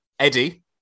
Eddie